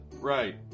Right